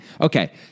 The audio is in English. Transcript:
Okay